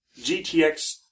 GTX